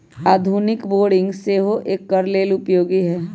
आधुनिक बोरिंग सेहो एकर लेल उपयोगी है